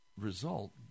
result